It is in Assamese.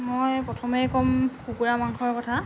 মই প্ৰথমে ক'ম কুকুৰা মাংসৰ কথা